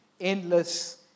endless